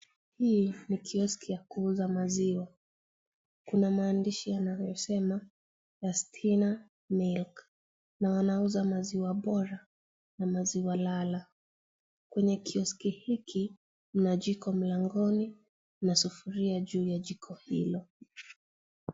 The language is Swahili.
Hii ni kioski ya kuuza maziwa. Kuna maandishi yanayosema Astina milk na anauza maziwa bora na maziwa lala. Kwenye kioski hiki kuna jiko mlangoni na sufuria juu ya jiko hilo.